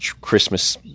christmas